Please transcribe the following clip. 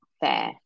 Fair